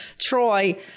Troy